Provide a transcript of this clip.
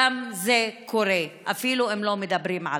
גם זה קורה אפילו אם לא מדברים עליו.